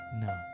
No